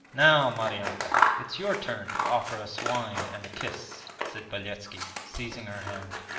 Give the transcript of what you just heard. now, maryanka, it's your turn to offer us wine and a kiss said beletski, seizing her hand.